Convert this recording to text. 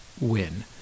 win